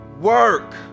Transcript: work